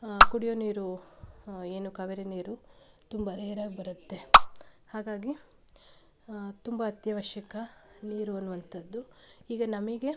ಕುಡಿಯೋ ನೀರು ಏನು ಕಾವೇರಿ ನೀರು ತುಂಬ ರೇರಾಗಿ ಬರುತ್ತೆ ಹಾಗಾಗಿ ತುಂಬ ಅತ್ಯವಶ್ಯಕ ನೀರು ಅನ್ನುವಂಥದ್ದು ಈಗ ನಮಗೆ